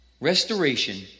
Restoration